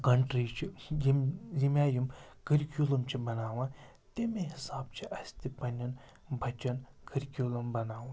country چھِ یِم ییٚمہِ آیہِ یِم کٔرکیوٗلَم چھِ بَناوان تمی حِساب چھِ اَسہِ تہِ پنٛنٮ۪ن بَچَن کٔرکیوٗلَم بَناوُن